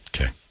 okay